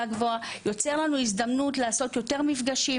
גבוהה יוצר לנו הזדמנות לעשות יותר מפגשים,